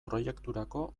proiekturako